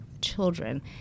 children